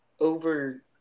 over